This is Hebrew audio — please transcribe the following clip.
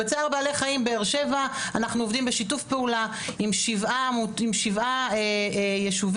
בצער בעלי חיים באר שבע אנחנו עובדים בשיתוף פעולה עם שבעה יישובים